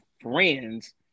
friends